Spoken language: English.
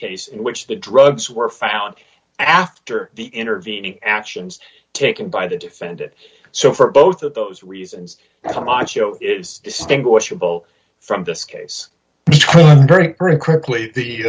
case in which the drugs were found after the intervening actions taken by the defendant so for both of those reasons camacho is distinguishable from this case very very quickly the